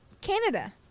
Canada